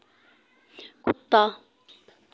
कुत्ता